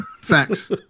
Facts